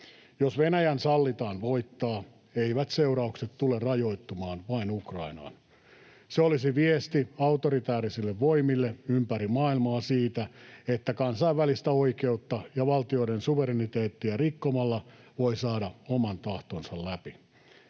Jos Venäjän sallitaan voittaa, eivät seuraukset tule rajoittumaan vain Ukrainaan. Se olisi viesti autoritäärisille voimille ympäri maailmaa siitä, että kansainvälistä oikeutta ja valtioiden suvereniteettia rikkomalla voi saada oman tahtonsa läpi.